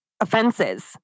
Offenses